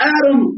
Adam